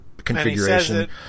configuration